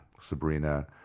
Sabrina